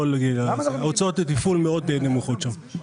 הוצאות תפעול מאוד נמוכות שם.